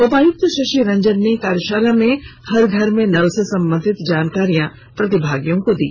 उपायुक्त शशि रंजन ने कार्यशाला में हर घर में नल से संबंधित जानकारियां प्रतिभागियों को दी